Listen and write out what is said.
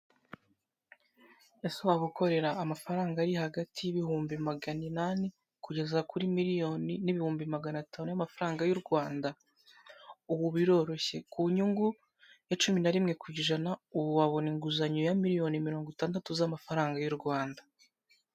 Ese waba ukorera amafaranga ari hagati y'ibihumbi magana inani kugeza kuri miliyoni n'ibihumbi magana atanu y'amafaranga y'u Rwanda? Ubu biroroshye ku nyungu ya cumi na rimwe ku ijana, ubu wabona inguzanyo ya miliyoni mirongo itandatu z'amafaranga y'u Rwanda.